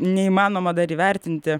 neįmanoma dar įvertinti